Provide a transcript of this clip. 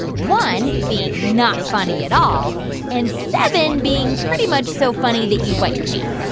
one being not funny at all and seven being pretty much so funny that you'd wet your pants